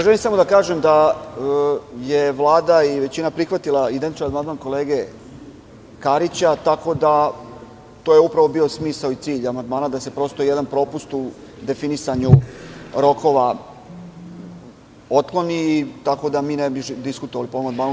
Želim samo da kažem da je Vlada i većina prihvatila amandman kolege Karića, tako da je to upravo bio smisao i cilj amandman da se sagleda jedan propust u definisanju rokova otkloni i mi ne bi diskutovali po ovom amandmanu.